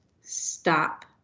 stop